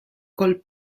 col